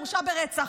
הוא הורשע ברצח.